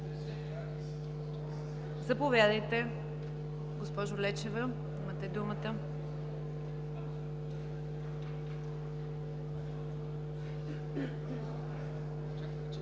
Заповядайте, госпожо Лечева, имате думата.